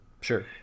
sure